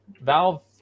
Valve